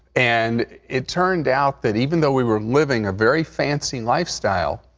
and it turned out that even though we were living a very fancy lifestyle,